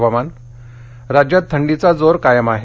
हवामान राज्यात थंडीचा जोर कायम आहे